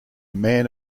man